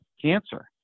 Cancer